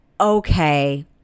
okay